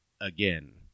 Again